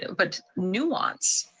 but nuance.